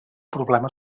problema